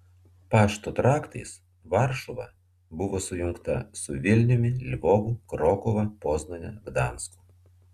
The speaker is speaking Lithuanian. pašto traktais varšuva buvo sujungta su vilniumi lvovu krokuva poznane gdansku